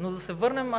Но да се върнем